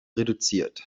reduziert